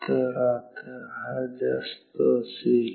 तर आता हा जास्त असेल